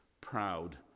proud